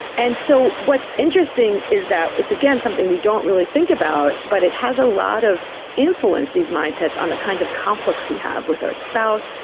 and so what's interesting is that it's, again, something we don't really think about, but it has a lot of influence, these mindsets, on the kinds of conflicts conflicts we have with our spouse,